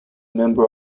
member